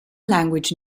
language